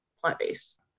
plant-based